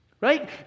Right